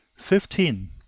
fifteen.